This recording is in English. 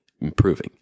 improving